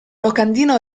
locandina